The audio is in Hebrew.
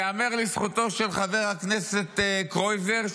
ייאמר לזכותו של חבר הכנסת קרויזר,